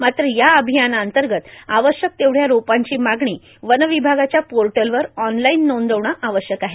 मात्र या अभियान अंतर्गत आवश्यक तेवढया रोपांची मागणी वनविभागाच्या पोर्टलवर ऑनलाईन नोंदवण आावश्यक आहे